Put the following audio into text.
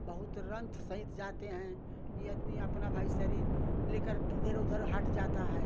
बहुत रथ सहित जाते हैं कि आदमी भाई अपना शरीर लेकर के इधर उधर हट जाता है